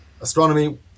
astronomy